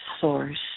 source